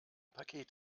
paket